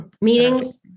meetings